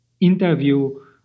interview